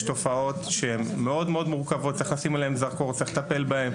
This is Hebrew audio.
ישנן תופעות מאוד מורכבות שצריך לשים עליהן זרקור ולטפל בהן.